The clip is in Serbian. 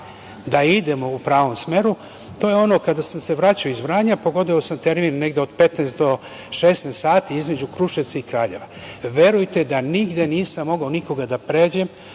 da idemo u pravom smeru, to je ono kada sam se vraćao iz Vranja, pogodio sam termin negde od 15 do 16 sati, između Kruševca i Kraljeva. Verujte da nigde nisam mogao da pređem